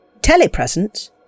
Telepresence